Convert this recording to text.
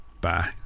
Bye